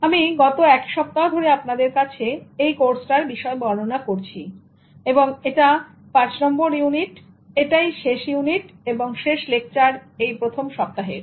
আমি গত এক সপ্তাহ ধরে আপনাদের কাছে এই কোর্সটার বিষয় বর্ণনা করছি এবং এটা 5 নম্বর ইউনিট এবং এটাই শেষ ইউনিট এবং শেষ লেকচার এই প্রথম সপ্তাহের